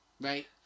Right